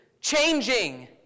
changing